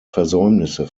versäumnisse